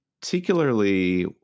particularly